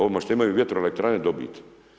Ovome što imaju vjetroelektrane dobiti?